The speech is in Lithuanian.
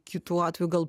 kitu atveju gal